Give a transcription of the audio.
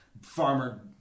farmer